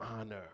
honor